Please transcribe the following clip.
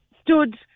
stood